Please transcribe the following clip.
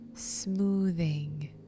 smoothing